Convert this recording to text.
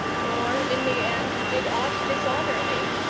nor in the end did aught dishonour thee.